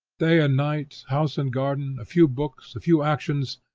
day and night, house and garden, a few books, a few actions,